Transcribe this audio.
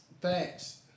Thanks